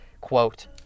quote